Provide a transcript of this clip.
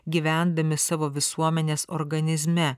gyvendami savo visuomenės organizme